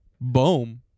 Boom